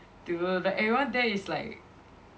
dude like everyone there is like